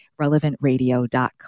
RelevantRadio.com